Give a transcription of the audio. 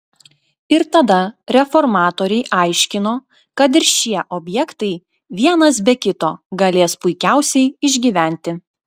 ir tada reformatoriai aiškino kad ir šie objektai vienas be kito galės puikiausiai išgyventi